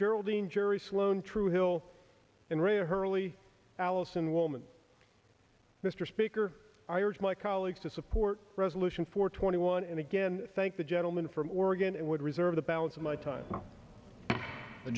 geraldine jerry sloan true hill and ray hurley allison woman mr speaker i urge my colleagues to support resolution four twenty one and again thank the gentleman from oregon and would reserve the balance of my time the